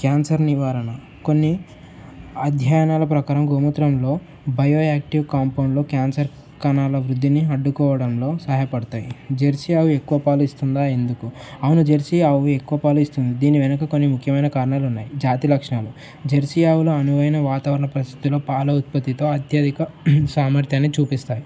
cancer నివారణ కొన్ని అధ్యయనాల ప్రకారం గోమూత్రంలో బయోయాక్టివ్ కాంపౌండ్లో క్యాన్సర్ కణాల వృద్ధిని అడ్డుకోవడంలో సహాయపడతాయి జెర్సీ ఆవు ఎక్కువ పాలు ఇస్తుందా ఎందుకు అవును జెర్సీ ఆవు ఎక్కువ పాలు ఇస్తుంది దీని వెనుక కొన్ని ముఖ్యమైన కారణాలు ఉన్నాయి జాతి లక్షణాలు జెర్సీ ఆవులో అనువైన వాతావరణ పరిస్థితిలో పాల ఉత్పత్తితో అత్యధిక సామర్థ్యాన్ని చూపిస్తాయి